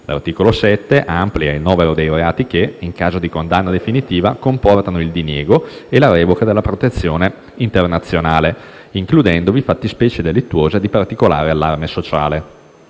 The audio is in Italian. L'articolo 7 amplia il novero dei reati che, in caso di condanna definitiva, comportano il diniego e la revoca della protezione internazionale, includendovi fattispecie delittuose di particolare allarme sociale.